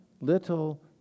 little